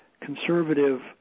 conservative